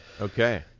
Okay